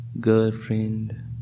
girlfriend